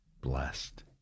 blessed